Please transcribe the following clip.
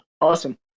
awesome